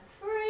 free